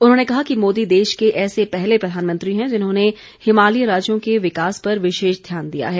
उन्होंने कहा कि मोदी देश के ऐसे पहले प्रधानमंत्री हैं जिन्होंने हिमालयी राज्यों के विकास पर विशेष ध्यान दिया है